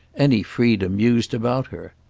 any freedom used about her.